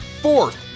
fourth